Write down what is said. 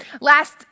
Last